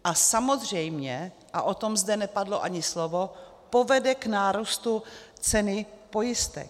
A samozřejmě, a o tom zde nepadlo ani slovo, povede k nárůstu ceny pojistek.